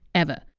ever,